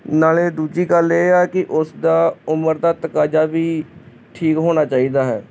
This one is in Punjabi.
ਨਾਲੇ ਦੂਜੀ ਗੱਲ ਇਹ ਆ ਕਿ ਉਸ ਦਾ ਉਮਰ ਦਾ ਤਕਾਜ਼ਾ ਵੀ ਠੀਕ ਹੋਣਾ ਚਾਹੀਦਾ ਹੈ